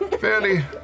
fairly